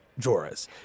Joras